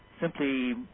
simply